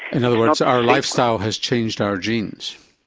in other words our lifestyle has changed our genes?